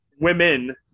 women